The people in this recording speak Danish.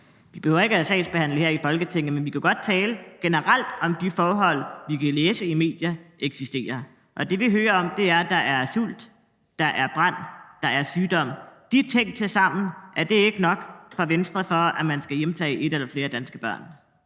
Vi behøver ikke at sagsbehandle her i Folketinget, men vi kan jo godt tale generelt om de forhold, som vi kan læse i medierne eksisterer, og det, som vi hører om, er, at der er sult, at der er brand, at der er sygdom. Er de ting tilsammen ikke nok for Venstre til, at man skal hjemtage et eller flere danske børn?